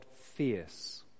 fierce